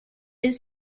his